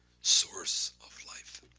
source of life.